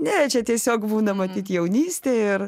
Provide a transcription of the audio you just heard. ne čia tiesiog būna matyt jaunystė ir